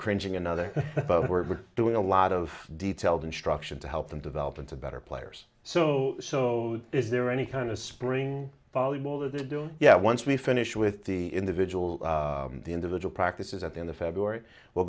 cringing another we're doing a lot of detailed instruction to help them develop into better players so so is there any kind of spring volleyball that they're doing yeah once we finish with the individual the individual practice is that in the february we'